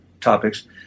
topics